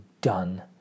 done